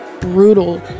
brutal